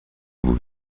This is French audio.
vous